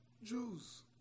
Jews